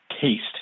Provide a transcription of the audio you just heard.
taste